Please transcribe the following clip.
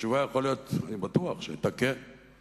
התשובה יכול להיות, אני בטוח, שהיתה: כן.